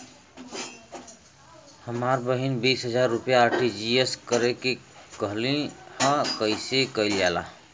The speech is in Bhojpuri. हमर बहिन बीस हजार रुपया आर.टी.जी.एस करे के कहली ह कईसे कईल जाला?